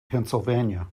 pennsylvania